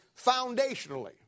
foundationally